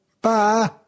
Bye